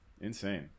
insane